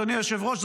אדוני היושב-ראש,